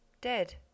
dead